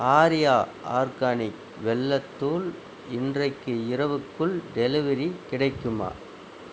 Arya organic வெல்லத்தூள் இன்றைக்கு இரவுக்குள் டெலிவரி கிடைக்குமா